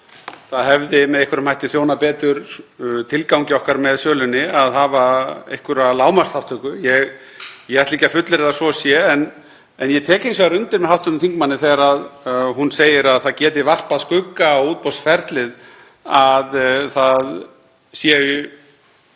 það hefði með einhverjum hætti þjónað betur tilgangi okkar með sölunni að hafa einhverja lágmarksþátttöku. Ég ætla ekki að fullyrða að svo sé. En ég tek hins vegar undir með hv. þingmanni þegar hún segir að það geti varpað skugga á útboðsferlið að það séu